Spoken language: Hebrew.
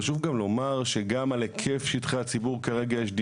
חשוב גם לומר שגם על היקף שטחי הציבור כרגע יש דיונים.